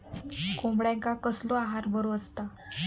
कोंबड्यांका कसलो आहार बरो असता?